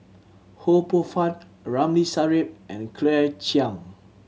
Ho Poh Fun Ramli Sarip and Claire Chiang